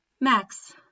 Max